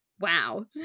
wow